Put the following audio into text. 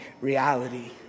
reality